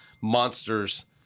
monsters